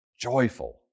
joyful